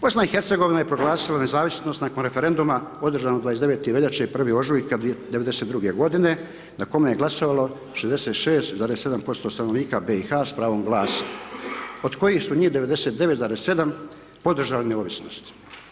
BiH-a je proglasila nezavisnost nakon referenduma održanog 29. veljače i 1. ožujka '92. godine na kome je glasovalo 66, 7% stanovnika BiH-a s pravom glasa od kojih su njih 99,7 podržali neovisnosti.